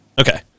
Okay